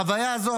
החוויה הזאת,